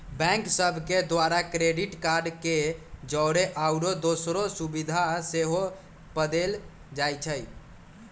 bank सभ के द्वारा क्रेडिट कार्ड के जौरे आउरो दोसरो सुभिधा सेहो पदेल जाइ छइ